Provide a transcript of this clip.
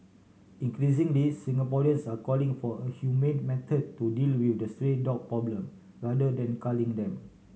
increasingly Singaporeans are calling for a humane method to deal with the stray dog problem rather than culling them